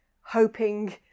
hoping